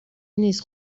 نیست